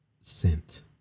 scent